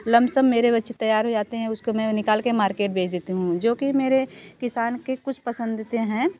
lump sum मेरे बच्चे तैयार हो जाते हैं उसको मैं निकल कर मार्केट बेच देती हूँ जो कि मेरे किसान के कुछ पसंदीदे हैं